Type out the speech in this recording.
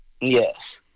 yes